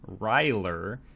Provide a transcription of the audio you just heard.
Ryler